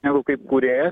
negu kaip kūrėjas